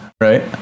right